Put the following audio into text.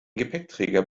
gepäckträger